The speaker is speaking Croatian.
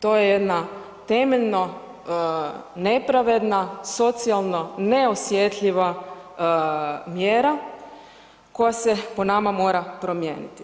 To je jedna temeljno nepravedna, socijalno neosjetljiva mjera koja se po nama mora promijeniti.